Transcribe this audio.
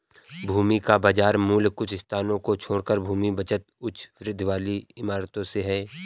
भूमि का बाजार मूल्य कुछ स्थानों को छोड़कर भूमि बचत उच्च वृद्धि वाली इमारतों से है